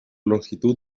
longitud